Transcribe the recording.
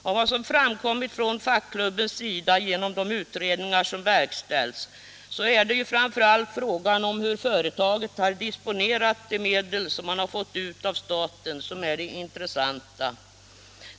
Av vad som framkommit från fackklubbens sida genom de utredningar som verkställts är det framför allt frågan om hur företaget disponerat de medel det fått ut av staten som är den intressanta.